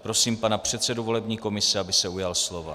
Prosím pana předsedu volební komise, aby se ujal slova.